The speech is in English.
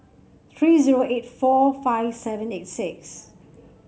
three zero eight four five seven eight six